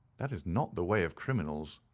that is not the way of criminals.